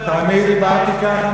תמיד דיברתי ככה,